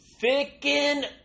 Thicken